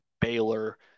Baylor